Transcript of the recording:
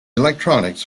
electronics